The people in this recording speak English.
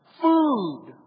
Food